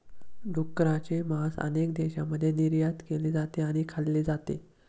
डुकराचे मांस अनेक देशांमध्ये निर्यात केले जाते आणि खाल्ले जाते